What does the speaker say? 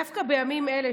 דווקא בימים אלה,